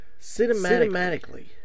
cinematically